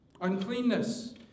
uncleanness